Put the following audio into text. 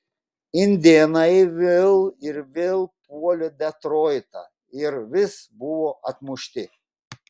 indėnai vėl ir vėl puolė detroitą ir vis buvo atmušti